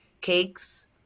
Cakes